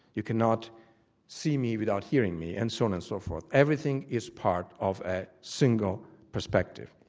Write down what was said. you cannot see me without hearing me, and so on and so forth. everything is part of a single perspective.